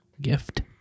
Gift